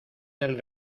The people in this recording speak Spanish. del